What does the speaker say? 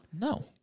No